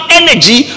energy